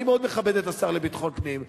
אני מאוד מכבד את השר לביטחון פנים,